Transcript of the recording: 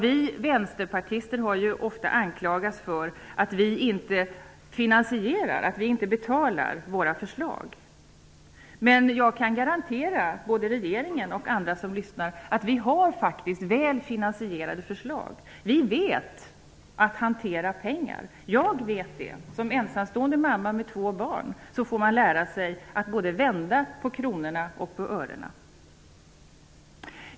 Vi vänsterpartister har ofta anklagats för att vi inte finansierar våra förslag. Jag kan dock garantera både regeringen och andra som lyssnar att vi har faktiskt väl finansierade förslag. Vi kan hantera pengar. Jag kan det. Som ensamstående mamma med två barn får man lära sig att vända på både kronorna och örena.